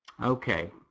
Okay